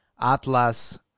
Atlas